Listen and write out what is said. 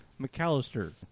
McAllister